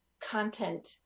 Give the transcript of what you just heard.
content